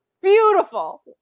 Beautiful